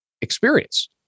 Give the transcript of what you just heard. experience